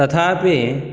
तथापि